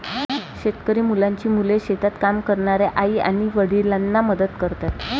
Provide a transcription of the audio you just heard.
शेतकरी मुलांची मुले शेतात काम करणाऱ्या आई आणि वडिलांना मदत करतात